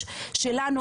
משרדים,